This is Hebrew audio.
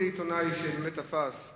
זה לא מאיזה עיתונאי שבאמת תפס.